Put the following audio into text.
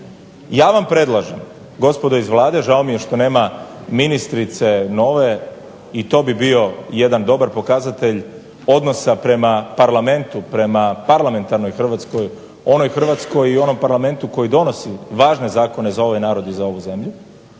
ja vam predlažem gospodo iz Vlade, žao mi je što nema ministrice nove i to bi bio jedan dobar pokazatelj odnosa prema Parlamentu, prema parlamentarnoj Hrvatskoj, onoj Hrvatskoj i onom Parlamentu koji donosi važne zakone za ovaj narod i za ovu zemlju.